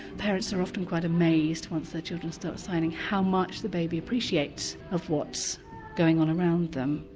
parents are often quite amazed once their children start signing, how much the baby appreciates of what's going on around them.